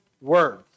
Word